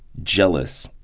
jealous,